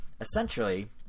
Essentially